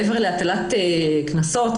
מעבר להטלת קנסות,